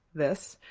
this,